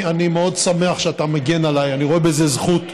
אני מאוד שמח שאתה מגן עליי, אני רואה בזה זכות.